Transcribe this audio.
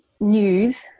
news